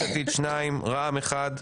יש עתיד שניים, רע"מ אחד,